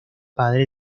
padre